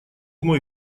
мой